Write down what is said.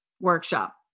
workshop